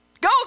Go